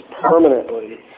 permanently